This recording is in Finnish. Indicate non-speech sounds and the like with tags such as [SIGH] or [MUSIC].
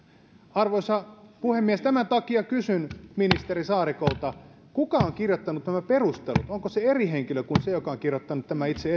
arvoisa puhemies tämän takia kysyn ministeri saarikolta kuka on kirjoittanut nämä perustelut onko se eri henkilö kuin se joka on kirjoittanut tämän itse [UNINTELLIGIBLE]